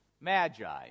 magi